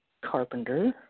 carpenter